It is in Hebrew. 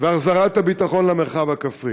והחזרת הביטחון למרחב הכפרי.